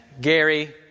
Gary